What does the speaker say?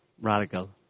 radical